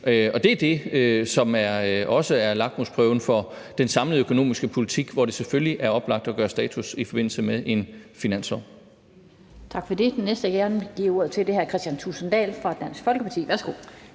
Og det er det, som også er lakmusprøven for den samlede økonomiske politik, hvor det selvfølgelig er oplagt at gøre status i forbindelse med en finanslov.